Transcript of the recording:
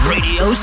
Radio